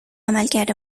عملکرد